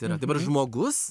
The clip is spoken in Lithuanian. tai yra dabar žmogus